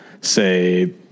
say